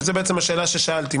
שזו בעצם השאלה ששאלתי,